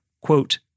quote